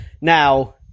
now